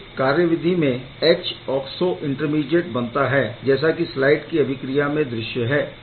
इस कार्यविधि में Hoxo इंटरमीडीएट बनता है जैसा की स्लाइड की अभिक्रिया में दृश्य है